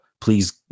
Please